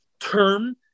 Term